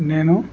నేను